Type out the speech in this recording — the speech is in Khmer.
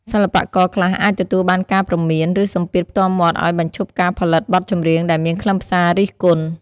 សិល្បករខ្លះអាចទទួលបានការព្រមាន ឬសម្ពាធផ្ទាល់មាត់ឱ្យបញ្ឈប់ការផលិតបទចម្រៀងដែលមានខ្លឹមសាររិះគន់។